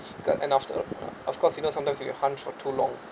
and after all of course you know sometimes you hunch for too long